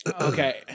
Okay